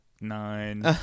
nine